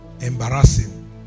embarrassing